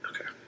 Okay